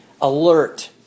alert